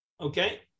Okay